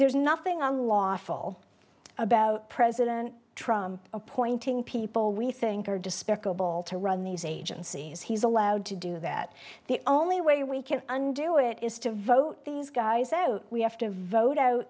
there's nothing on lawful about president trump appointing people we think are despicable to run these agencies he's allowed to do that the only way we can undo it is to vote these guys out we have to vote